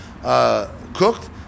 cooked